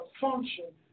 function